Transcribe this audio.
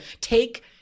take